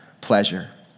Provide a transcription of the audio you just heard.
pleasure